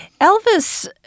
Elvis